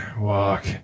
walk